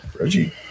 Reggie